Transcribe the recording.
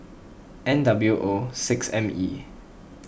N W O six M E